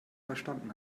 verstanden